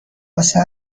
واسه